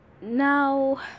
Now